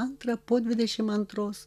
antrą po dvidešim antros